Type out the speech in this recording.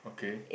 okay